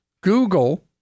Google